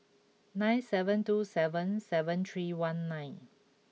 nine seven two seven seven three one nine